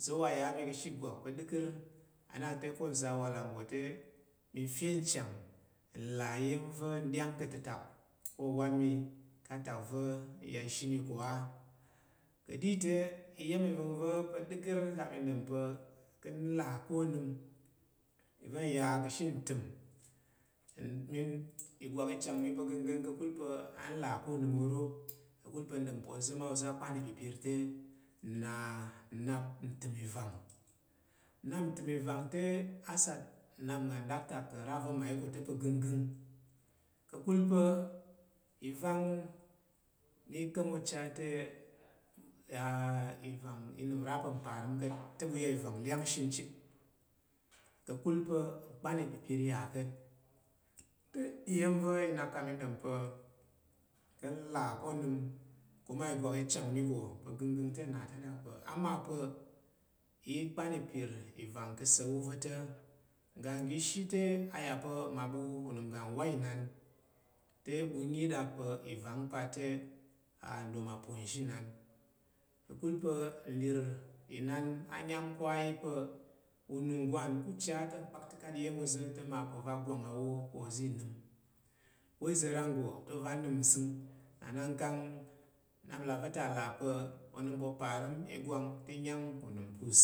Uza̱ wa ya a mi ka̱she ìgwak pa̱ ɗəkər a nak te ko nza awalang nggo te mi fe nchang là iya̱m va̱ n ɗyang ka̱ tətak owan mi ka atak va̱ n ya ishi mi ko á Ka̱ɗi te iya̱m vəng va̱ pa̱ ɗəkər ka̱ mi ɗom pa̱ kang n le ko onəm iva̱ nya ka̱she onəm iva̱ nya ka̱she ntəm n-mi ìgwak i chang mi pa̱ gənggəng ka̱kul pa̱ a là ko nəm ro ka̱kul pa̱ nɗom pa̱ oza̱ oza̱ akpan ipipir te na-nap ntəm ivang i na nnap ntəm ivang te a sat nnap ga naɗktak ka̱ nra va̱ mmayi ko te pa̱ gənggəng ka̱kul pa̱, ivang mi chang ocha te i yan i nəm nra pa̱ mparəm kate ɓu ya ivang lyangshi chit ka̱kul pa̱ kpan ipipir ya ka̱t, te iya̱m va̱ i nak kang mi ɗom pa̱ ka̱ nlà ko nəm ki ma igwak i chang mi ko pa gənggəng te na te rak pe a ma pa̱ i kpan ipir ivang ka̱ sa̱lwu va ta ngang ishi te a ya pa̱ mma ɓu unəm ga nwa Inan te, ɓu nyi rak pa̱ ivang pa te nɗom Inan ka̱kul pa̱ nlir Inan a nyam ko a yi pa̱ ununggwan ku cha te nkpakta̱kat iya̱m ova̱ te a ma pa̱ ova gwang awo ko oza̱ i nəm ko iza̱ ranggo te oza̱ nəm nzəng na nak kang nnap-là va̱ ta la pe onim pe oparim igwang te inyang unim pe